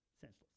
senseless